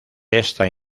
esta